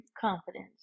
confidence